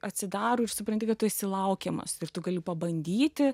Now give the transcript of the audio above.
atsidaro ir supranti kad tu esi laukiamas ir tu gali pabandyti